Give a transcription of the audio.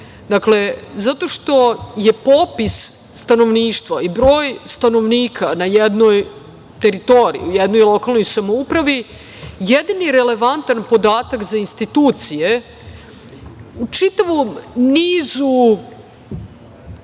Dakle, popis stanovništva i broj stanovnika na jednoj teritoriji u jednoj lokalnoj samoupravi jedini relevantni podatak za institucije u čitavom nizu